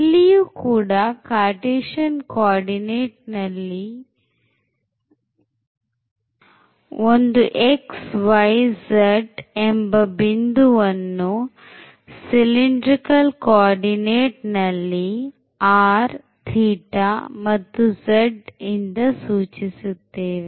ಇಲ್ಲಿಯೂ ಕೂಡ Cartesian co ordinate ನಲ್ಲಿನ xyzಎಂಬ ಒಂದು ಒಂದು ಬಿಂದು ವನ್ನು cylindrical coordinate ನಲ್ಲಿ rϕz ಇಂದ ಸೂಚಿಸುತ್ತೇವೆ